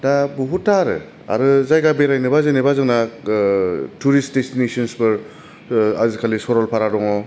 दा बुहुथा आरो आरो जायगा बेरायनोबा जेन'बा जोंना टुरिस दिसमिसनफोर आजिखालि सरलफारा दं